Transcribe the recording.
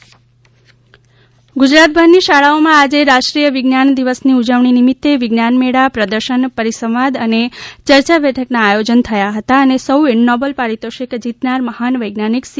રાષ્ટ્રીય વિજ્ઞાન દિવસ ની ઉજવણી ગુજરાતભરની શાળાઓમાં આજે રાષ્ટ્રીય વિજ્ઞાન દિવસની ઉજવણી નિમિત્તે વિજ્ઞાન મેળા પ્રદર્શન પરિસંવાદ અને ચર્ચા બેઠકના આયોજન થયા હતા અને સૌએ નોબલ પરિતોષિક જીતનાર મહાન વૈજ્ઞાનિક સી